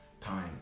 time